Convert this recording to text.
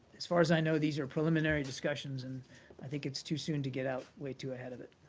as far as i know, these are preliminary discussions and i think it's too soon to get out way too ahead of it.